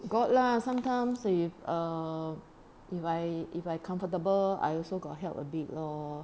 got lah sometimes if err if I if I comfortable I also got help a bit lor